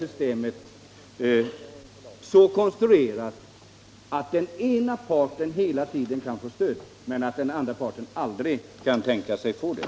Systemet är alltså konstruerat på det sättet att den ena parten hela tiden kan få stöd, medan den andra parten aldrig kan tänkas få det.